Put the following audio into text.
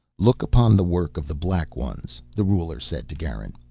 look upon the work of the black ones, the ruler said to garin.